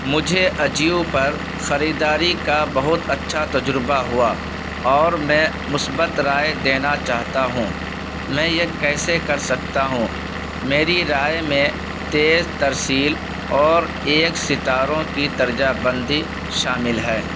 مجھے اجیو پر خریداری کا بہت اچھا تجربہ ہوا اور میں مثبت رائے دینا چاہتا ہوں میں یہ کیسے کر سکتا ہوں میری رائے میں تیز ترسیل اور ایک ستاروں کی درجہ بندی شامل ہے